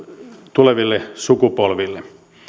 tuleville sukupolville